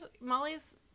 Molly's